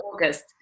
August